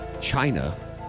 China